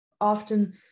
often